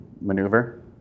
maneuver